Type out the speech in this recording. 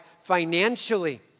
financially